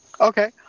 Okay